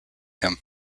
him